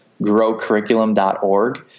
growcurriculum.org